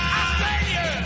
Australia